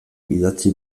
idatzi